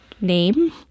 name